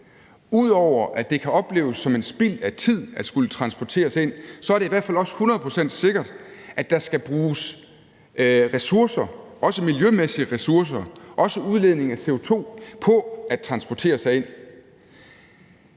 Ud over at det kan opleves som spild af tid at skulle transportere sig ind, er det i hvert fald også hundrede procent sikkert, at der skal bruges ressourcer, også miljømæssige ressourcer, også udledning af CO2, på at transportere sig ind.